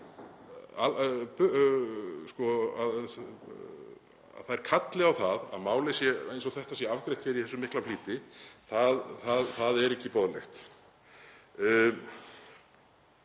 að þær kalli á það að mál eins og þetta sé afgreitt hér í þessum mikla flýti. Það er ekki boðlegt.